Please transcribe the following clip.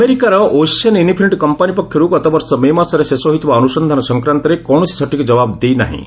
ଆମେରିକାର Ocean Infinity company ପକ୍ଷରୁ ଗତବର୍ଷ ମେ ମାସରେ ଶେଷ ହୋଇଥିବା ଅନୁସନ୍ଧାନ ସଂକ୍ରାନ୍ତରେ କୌଣସି ସଠିକ୍ ଜବାବ୍ ଦେଇ ନାହିଁ